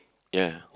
ya